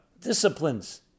disciplines